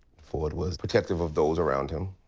ford was protective of those around him,